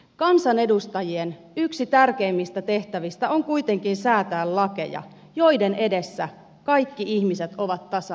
kansanedustajien yksi tärkeimmistä tehtävistä on kuitenkin säätää lakeja joiden edessä kaikki ihmiset ovat tasa arvoisia